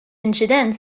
inċident